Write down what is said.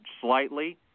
slightly